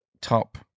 top